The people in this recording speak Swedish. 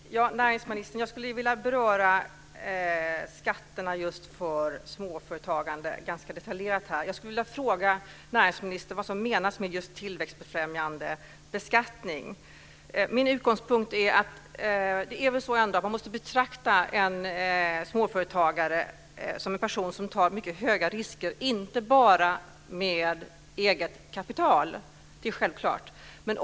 Fru talman! Näringsministern, jag skulle ganska detaljerat vilja beröra skatterna just för småföretagare och fråga näringsministern vad som menas med just tillväxtfrämjande beskattning. Det är väl ändå så att en småföretagare måste betraktas som en person som tar mycket stora risker. Det gäller då inte bara eget kapital - det är självklart.